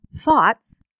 thoughts